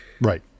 Right